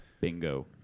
Bingo